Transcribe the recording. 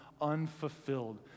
unfulfilled